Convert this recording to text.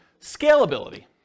Scalability